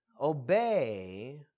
obey